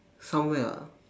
somewhere ah